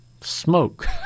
smoke